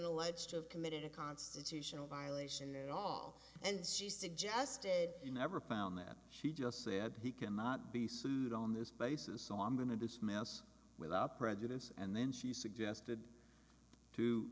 have committed a constitutional violation at all and she suggested he never found that she just said he cannot be sued on this basis so i'm going to dismiss without prejudice and then she suggested to